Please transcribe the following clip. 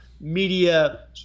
Media